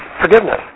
forgiveness